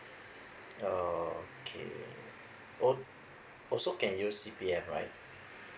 okay oh also can use CPF right